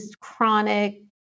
chronic